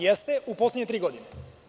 Jeste u poslednje tri godine.